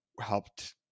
helped